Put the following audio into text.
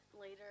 later